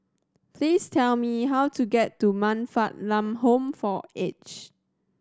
please tell me how to get to Man Fatt Lam Home for Aged